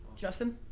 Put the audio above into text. justin?